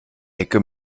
hecke